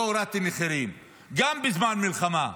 לא הורדתי מחירים, גם בזמן מלחמה.